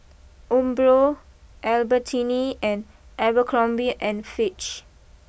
Umbro Albertini and Abercrombie and Fitch